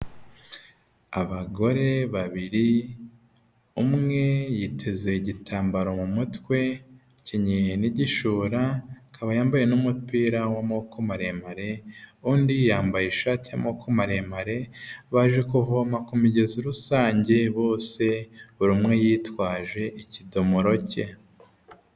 Abagore babiri umwe yiteze igitambaro mu mutwe akinyeye n'igishora akaba yambaye n'umupira w'amaboko maremare undi yambaye ishati y'amaboko maremare baje kuvoma ku migezi rusange bose buri umwe yitwaje ikidomoro cye.